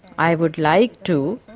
i would like to.